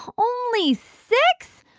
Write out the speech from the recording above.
only six?